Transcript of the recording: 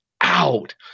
out